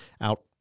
out